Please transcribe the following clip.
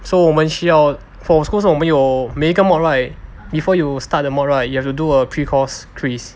so 我们需要 for school 我们有每一个 mod right before you start the mod right you have to do a pre-course quiz